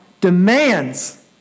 demands